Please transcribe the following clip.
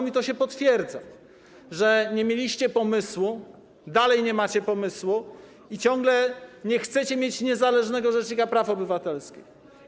I to się potwierdza, że nie mieliście pomysłu, dalej nie macie pomysłu i ciągle nie chcecie mieć niezależnego rzecznika praw obywatelskich.